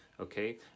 Okay